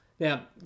Now